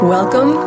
Welcome